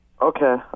Okay